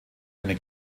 eine